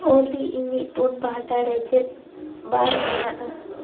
ᱚᱞᱤ ᱤᱧᱟᱹᱜ ᱯᱳᱱ ᱯᱟᱦᱴᱟ ᱨᱮ ᱪᱮᱫ ᱵᱟᱨ ᱢᱮᱱᱟᱜᱼᱟ